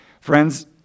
Friends